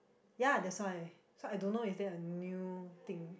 ya that's why so I don't know is there a new thing